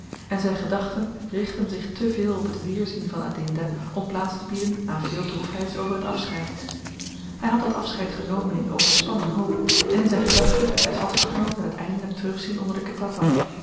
en zyn gedachten richtten zich te veel op t weerzien van adinda om plaats te bieden aan veel droefheids over t afscheid hy had dat afscheid genomen in overspannen hoop en in zyn gedachten het vastgeknoopt aan t eindelyk terugzien onder den ketapan